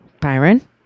Byron